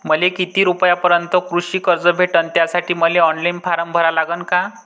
मले किती रूपयापर्यंतचं कृषी कर्ज भेटन, त्यासाठी मले ऑनलाईन फारम भरा लागन का?